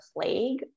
plague